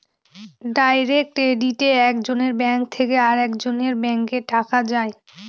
direct ক্রেডিটে এক জনের ব্যাঙ্ক থেকে আরেকজনের ব্যাঙ্কে টাকা যায়